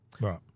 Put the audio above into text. Right